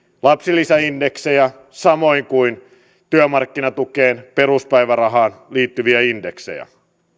lapsilisäindeksejä samoin kuin työmarkkinatukeen peruspäivärahaan liittyviä indeksejä